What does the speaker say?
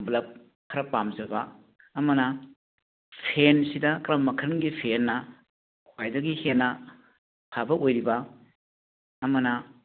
bulb ꯈꯔ ꯄꯥꯝꯖꯕ ꯑꯃꯅ ꯐꯦꯟꯁꯤꯗ ꯀꯔꯝꯕ ꯃꯈꯜꯒꯤ ꯐꯦꯟꯅ ꯈ꯭ꯋꯥꯏꯗꯒꯤ ꯍꯦꯟꯅ ꯐꯕ ꯑꯣꯏꯔꯤꯕ ꯑꯃꯅ